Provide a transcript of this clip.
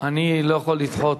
אני לא יכול לדחות.